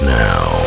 now